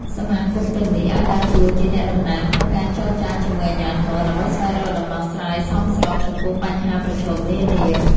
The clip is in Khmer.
សមាគមទាំងនេះអាចដើរតួជាអ្នកតំណាងក្នុងការចរចាជាមួយអាជ្ញាធរ ដើម្បីស្វែងរកដំណោះស្រាយសមស្របចំពោះបញ្ហាប្រឈមនានា ។